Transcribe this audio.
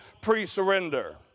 pre-surrender